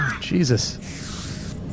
Jesus